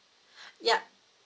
yup